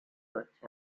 such